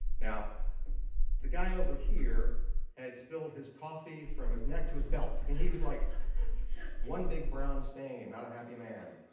the guy over here had spilled his coffee from his neck to his belt. i mean he was like one big brown stain. not a happy man.